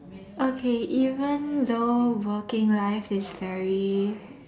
okay even though working life is very